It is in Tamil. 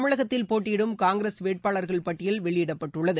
தமிழகத்தில் போட்டியிடும் காங்கிரஸ் வேட்பாளர்கள் பட்டியல் வெளியிடப்பட்டுள்ளது